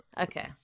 Okay